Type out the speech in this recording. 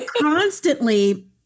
constantly